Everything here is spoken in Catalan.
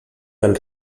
pel